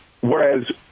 whereas